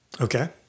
Okay